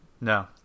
no